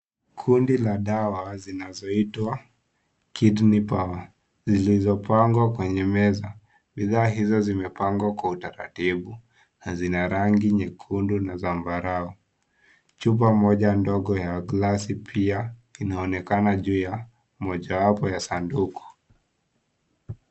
Kundi la dawa zinazoitwa Kidney Power zilizopangwa kwenye meza bidhaa hizo zimepangwa kwa utaratibu na zina rangi nyekundu na zambarao chupa moja ndogo ya glasi pia inaonekana juu ya mojawapo ya sanduku.